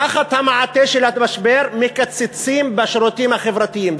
תחת המעטה של המשבר מקצצים בשירותים החברתיים.